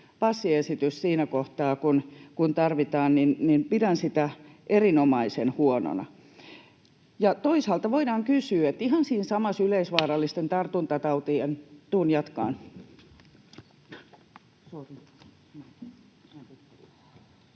passiesitys siinä kohtaa, kun tarvitaan, niin pidän sitä erinomaisen huonona. Toisaalta voidaan kysyä, kun ihan siinä samassa yleisvaarallisten tartuntatautien...